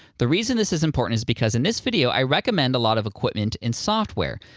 the reason this is important is because in this video, i recommend a lot of equipment in software.